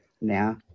now